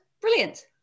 brilliant